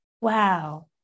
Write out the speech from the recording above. Wow